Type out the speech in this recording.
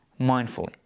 mindfully